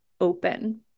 open